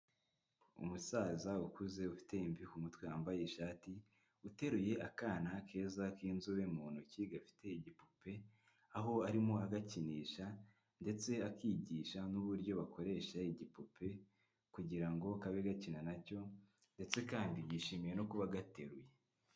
Umusaza ukuze ufite imvi ku mutwe wambaye ishati uteruye akana keza k'inzobe mu ntoki gafite igipupe, aho arimo agakinisha ndetse akigisha n'uburyo bakoresha igipupe kugira ngo kabe gakina na cyo ndetse kandi yishimiye no kuba agateruye.